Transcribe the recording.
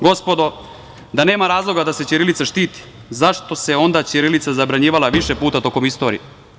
Gospodo da nema razloga da se ćirilica štiti, zašto se onda ćirilica zabranjivala više puta tokom istorije?